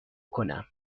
کنم